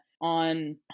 on